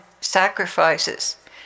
sacrifices